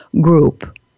group